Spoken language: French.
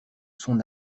son